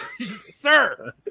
Sir